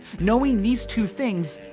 knowing these two things,